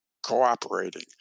Cooperating